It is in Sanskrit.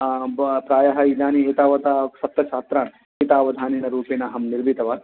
प्रायः इदानीमेतावता सप्तछात्राः गीतावधानेन रूपेण अहं निर्मितवान्